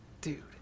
Dude